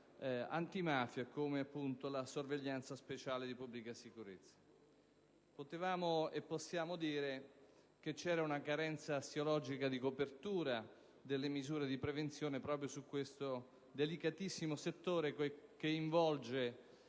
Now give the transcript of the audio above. antimafia quale, appunto, la sorveglianza speciale di pubblica sicurezza. Potevamo e possiamo dire che c'era una carenza assiologica di copertura delle misure di prevenzione proprio su questo delicatissimo settore, che involge